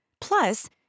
Plus